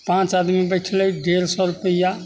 पाँच आदमी बैठलै डेढ़ सए रुपैआ